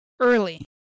early